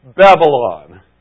Babylon